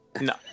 No